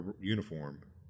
uniform